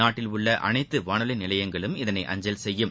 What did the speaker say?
நாட்டில் உள்ள அனைத்து வானொலி நிலையங்களும் இதனை அஞ்சல் செய்யும்